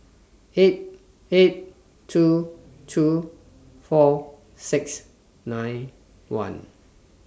eight eight two two four six nine one